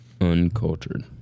Uncultured